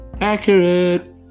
Accurate